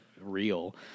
real